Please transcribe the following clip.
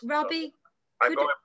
Robbie